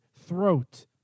throat